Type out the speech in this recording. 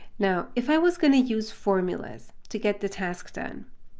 now, if i was going to use formulas to get the task done,